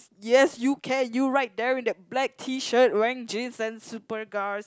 yes you can you right there with the black T-shirt wearing jeans and Superga's